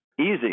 Easy